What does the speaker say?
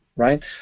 Right